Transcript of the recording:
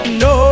no